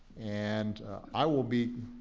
and i will be